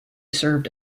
served